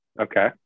Okay